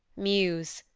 muse!